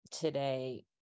today